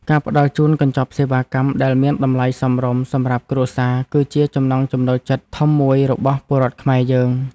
ការផ្តល់ជូនកញ្ចប់សេវាកម្មដែលមានតម្លៃសមរម្យសម្រាប់គ្រួសារ គឺជាចំណង់ចំណូលចិត្តធំមួយរបស់ពលរដ្ឋខ្មែរយើង។